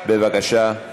בבקשה.